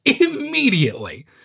Immediately